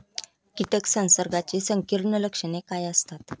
कीटक संसर्गाची संकीर्ण लक्षणे काय असतात?